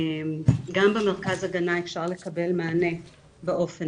גם במרכז הגנה אפשר לקבל מענה באופן